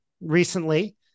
recently